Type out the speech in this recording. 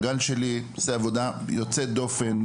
הגל שלי עושה עבודה יוצאת דופן,